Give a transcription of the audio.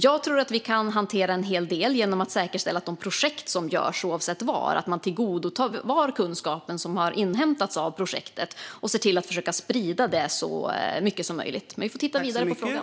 Jag tror att vi kan hantera en hel del genom att säkerställa att man tillvaratar den kunskap som inhämtats av olika projekt, oavsett var de sker, och ser till att försöka sprida den så mycket som möjligt. Vi får titta vidare på frågan.